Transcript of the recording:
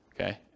Okay